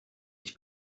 ich